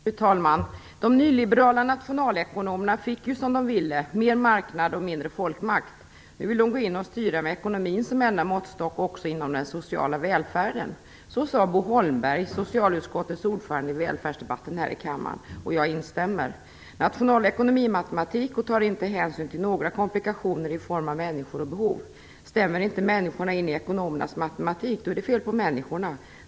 Fru talman! "De nyliberala fick ju som de ville: mer marknad och mindre folkmakt. Nu vill de gå in och styra med ekonomin som enda måttstock också inom den sociala välfärden." Så sade Bo Holmberg, socialutskottets ordförande, i välfärdsdebatten här i kammaren den 9 februari i år. Jag instämmer. Nationalekonomi är matematik och tar inte hänsyn till några komplikationer i form av människor och behov. Stämmer inte människorna in i ekonomernas matematik, då är det fel på människorna.